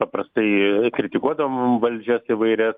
paprastai kritikuodavom valdžias įvairias